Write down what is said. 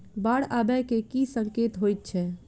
बाढ़ आबै केँ की संकेत होइ छै?